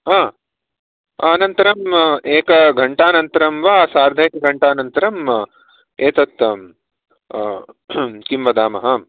अनन्तरम् एकघण्टानन्तरं वा सार्धैकघण्टानन्तरम् एतत् किं वदामः